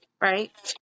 right